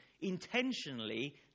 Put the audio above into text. intentionally